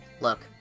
Look